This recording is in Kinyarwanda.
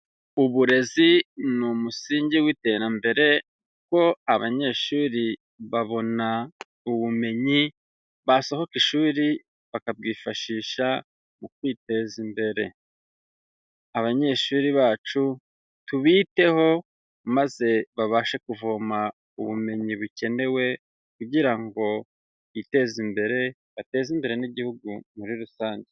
Uburezi ni umusingi w'iterambere, kuko abanyeshuri babona ubumenyi basohoka ishuri bakabwifashisha mu kwiteza imbere, abanyeshuri bacu tubiteho maze babashe kuvoma ubumenyi bukenewe kugira ngo biteze imbere, bateze imbere n'igihugu muri rusange.